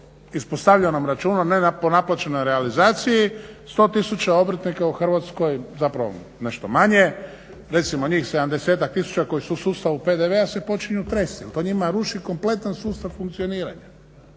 ispostavljenom računu, ne po naplaćenoj realizaciji, 100 000 obrtnika u Hrvatskoj, zapravo nešto manje, recimo njih 70-tak tisuća koji su u sustavu PDV-a se počinju trest jer to njima ruši kompletan sustav funkcioniranja.